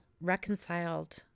reconciled